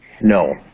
no